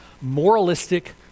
moralistic